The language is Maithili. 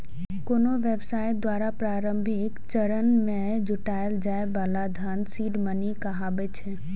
कोनो व्यवसाय द्वारा प्रारंभिक चरण मे जुटायल जाए बला धन सीड मनी कहाबै छै